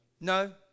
No